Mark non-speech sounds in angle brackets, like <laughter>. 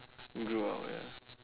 <breath> you grow out ya